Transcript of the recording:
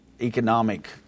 economic